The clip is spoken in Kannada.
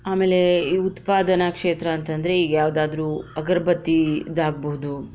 ಆಮೇಲೆ ಈ ಉತ್ಪಾದನಾ ಕ್ಷೇತ್ರ ಅಂತಂದರೆ ಈಗ ಯಾವುದಾದ್ರೂ ಅಗರಬತ್ತಿ ಇದಾಗ್ಬೋದು